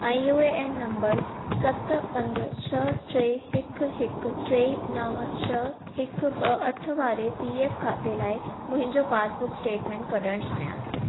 ऐं U A N number सत पंज छह टे हिकु हिकु टे नव छह हिकु ॿ अठ वारे पी एफ खाते लाइ मुंहिंजो पासबुक स्टेटमेंट कढणु चाहियां थी